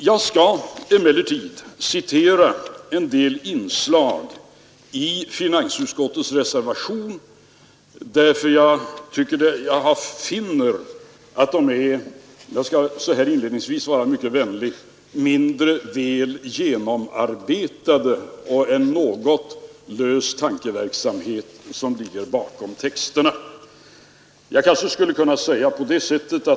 Jag skall emellertid citera en del inslag i reservationen till finansutskottets betänkande, eftersom jag finner att de är — jag skall så här inledningsvis vara mycket vänlig — mindre väl genomarbetade och att en något lös tankeverksamhet ligger bakom texterna.